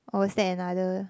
or is that another